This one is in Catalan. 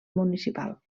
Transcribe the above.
municipal